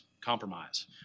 Compromise